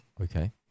Okay